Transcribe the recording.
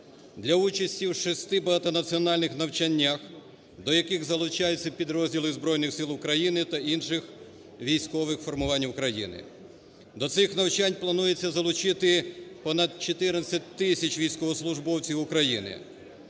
для участі у шести багатонаціональних навчаннях, до яких залучаються підрозділи Збройних Сил України та інших військових формувань України. До цих навчань планується залучити понад 14 тисяч військовослужбовців України.